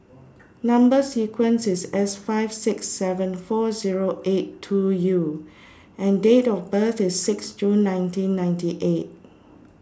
Number sequence IS S five six seven four Zero eight two U and Date of birth IS six June nineteen ninety eight